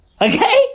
Okay